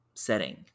setting